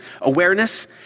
awareness